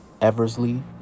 Eversley